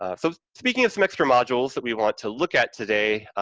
ah so, speaking of some extra modules that we want to look at today,